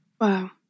Wow